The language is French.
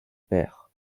père